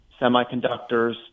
semiconductors